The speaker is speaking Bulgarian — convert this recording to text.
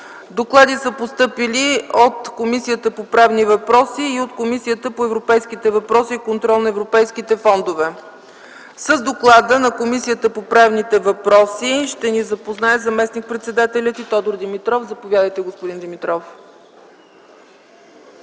Доклади са постъпили от Комисията по правни въпроси и от Комисията по европейските въпроси и контрол на европейските фондове. С доклада на Комисията по правни въпроси ще ни запознае заместник-председателят й господин Тодор Димитров. Заповядайте, господин Димитров.